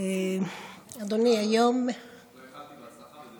לא איחלתי הצלחה.